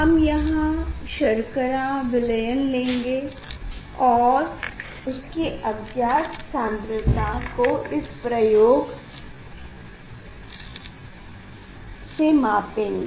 हम यहाँ शर्करा विलयन लेंगे और उसके अज्ञात सान्द्रता को इस प्रयोग से मापेंगे